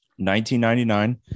1999